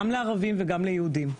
גם לערבים וגם ליהודים,